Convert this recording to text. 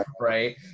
right